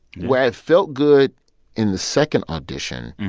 where i felt good in the second audition,